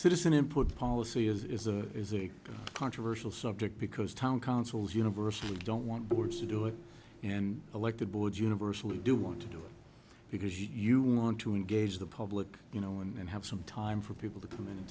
citizen input policy is a is a controversial subject because town councils university don't want boards to do it and elected board universally do want to do it because you want to engage the public you know and have some time for people to come